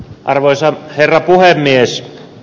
arvoisa herra puhemies